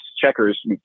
checkers